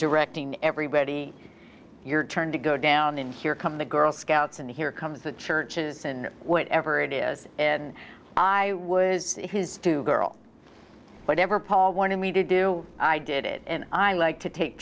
directing everybody your turn to go down in here come the girl scouts and here comes the churches and whatever it is and i would do girl whatever paul wanted me to do i did it and i like to take